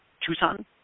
Tucson